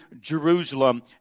Jerusalem